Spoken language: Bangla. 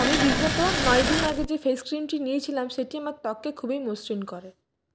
আমি বিগত নয় দিন আগে যে ফেস ক্রিমটি নিয়েছিলাম সেটি আমার ত্বককে খুবই মসৃণ করে